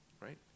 right